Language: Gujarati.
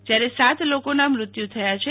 જ્યારે સાત લોકોના મૃત્યું થયા છે